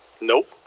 Nope